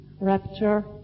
rapture